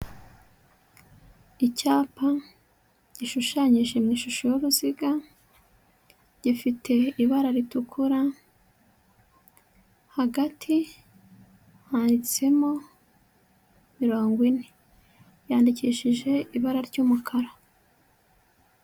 Icyapa gishushanyije mu ishusho y'uruziga, gifite ibara ritukura, hagati handitsemo mirongo ine, yandikishije ibara ry'umukara.